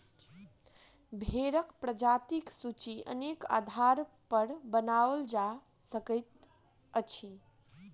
भेंड़क प्रजातिक सूची अनेक आधारपर बनाओल जा सकैत अछि